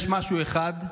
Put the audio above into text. יש משהו אחד,